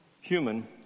human